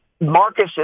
Marcus